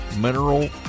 mineral